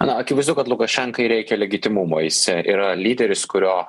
na akivaizdu kad lukašenkai reikia legitimumo jis yra lyderis kurio